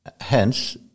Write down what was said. Hence